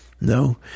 No